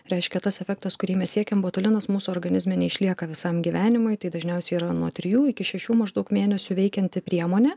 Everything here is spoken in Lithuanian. reiškia tas efektas kurį mes siekėm botulinas mūsų organizme neišlieka visam gyvenimui tai dažniausiai yra nuo trijų iki šešių maždaug mėnesių veikianti priemonė